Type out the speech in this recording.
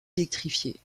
électrifié